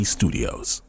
Studios